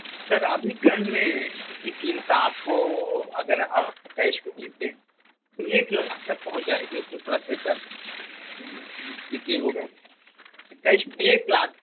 سر ابھی کرنٹ میں اس کی قیمت آپ کو اگر آپ کیش پہ لیتے ہیں تو ایک لاکھ تک پہنچ جائے گی اس میں ڈگی ہو گئے کیش میں ایک لاکھ